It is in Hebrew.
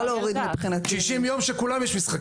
למשל, 60 יום שבכולם יש משחקים.